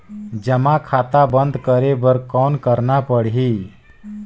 जमा खाता बंद करे बर कौन करना पड़ही?